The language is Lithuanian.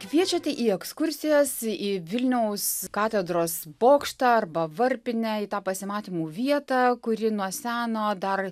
kviečiate į ekskursijas į vilniaus katedros bokštą arba varpinę į tą pasimatymų vietą kuri nuo seno dar